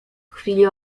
chwili